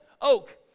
oak